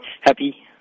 Happy